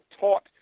taught